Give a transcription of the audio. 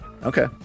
Okay